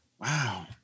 Wow